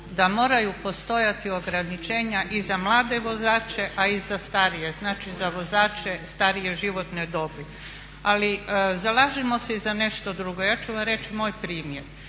da moraju postojati ograničenja i za mlade vozače a i za starije, znači za vozače starije životne dobi. Ali zalažemo se i za nešto drugo. Ja ću vam reći moj primjer.